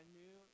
new